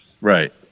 Right